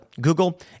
Google